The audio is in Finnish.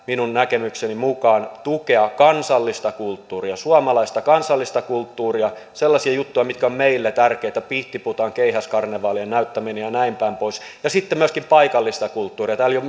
minun näkemykseni mukaan tukea kansallista kulttuuria suomalaista kansallista kulttuuria sellaisia juttuja mitkä ovat meille tärkeitä pihtipuhtaan keihäskarnevaalien näyttäminen ja näinpäin pois ja sitten myöskin paikallista kulttuuria täällä jo